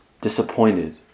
disappointed